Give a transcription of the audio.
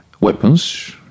weapons